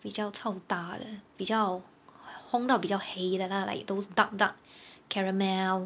比较乔塔的比较:bi jiao chao tah de bi jiao hong 到比较黑的 lah like those dark dark caramel